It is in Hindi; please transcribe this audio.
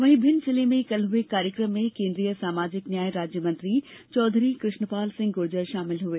वहीं भिड जिले में कल हुए कार्यक्रम में केन्द्रीय सामाजिक न्याय राज्य मंत्री चौधरी कृष्णपाल सिंह गूर्जर शामिल हए